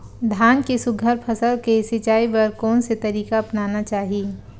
धान के सुघ्घर फसल के सिचाई बर कोन से तरीका अपनाना चाहि?